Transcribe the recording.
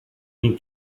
une